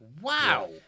Wow